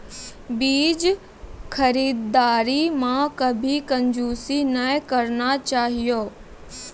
बीज खरीददारी मॅ कभी कंजूसी नाय करना चाहियो